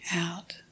out